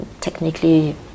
technically